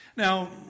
Now